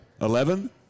Eleven